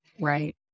right